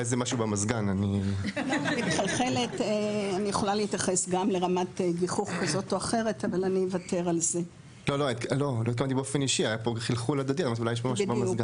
קודם כל אני אתחיל שיש הבדל גדול בין רגולטור מקל,